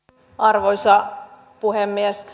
arvoisa puhemies